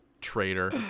Traitor